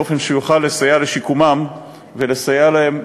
באופן שיוכל לסייע לשיקומם ולסייע להם,